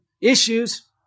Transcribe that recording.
issues